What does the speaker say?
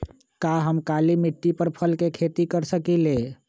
का हम काली मिट्टी पर फल के खेती कर सकिले?